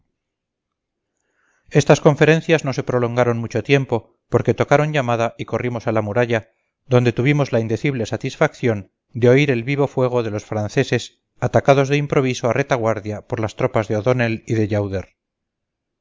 estas conferencias no se prolongaron mucho tiempo porque tocaron llamada y corrimos a la muralla donde tuvimos la indecible satisfacción de oír el vivo fuego de los franceses atacados de improviso a retaguardia por las tropas de o'donnell y de